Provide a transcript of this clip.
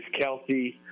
Kelsey